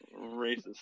Racist